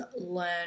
learn